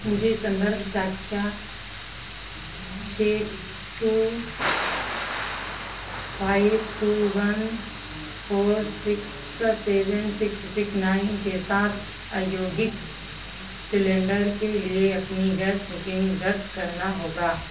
मुझे सन्दर्भ सँख्या छह two five two one four six seven six six nine के साथ औद्योगिक सिलेण्डर के लिए अपनी गैस बुकिन्ग रद्द करनी होगी